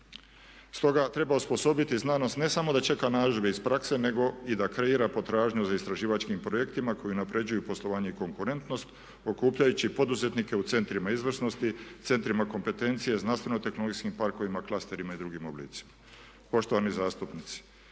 Stoga treba osposobiti znanost ne samo da čeka narudžbe iz prakse nego i da kreira potražnju za istraživačkim projektima koji unapređuju poslovanje i konkurentnost okupljajući poduzetnike u centrima izvrsnosti, centrima kompetencije, znanstveno tehnologijskim parkovima, klasterima i drugim oblicima. Poštovani zastupnici,